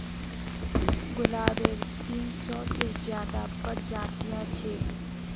गुलाबेर तीन सौ से ज्यादा प्रजातियां छेक